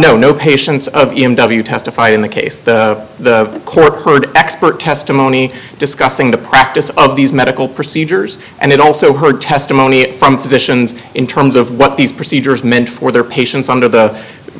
no no patients of m w testified in the case the court heard expert testimony discussing the practice of these medical procedures and it also heard testimony from physicians in terms of what these procedures meant for their patients under the